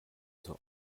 zur